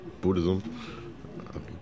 Buddhism